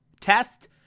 test